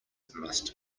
must